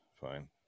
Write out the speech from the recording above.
fine